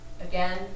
Again